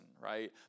right